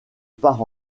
part